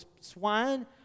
swine